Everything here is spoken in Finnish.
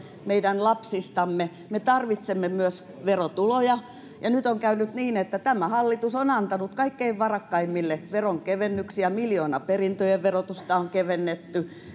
ja meidän lapsistamme me tarvitsemme myös verotuloja ja nyt on käynyt niin että tämä hallitus on antanut kaikkein varakkaimmille veronkevennyksiä miljoonaperintöjen verotusta on kevennetty